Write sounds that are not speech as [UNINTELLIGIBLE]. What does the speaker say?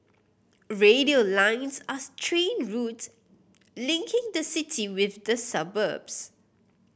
radial lines are [UNINTELLIGIBLE] train routes linking the city with the suburbs